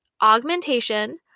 Augmentation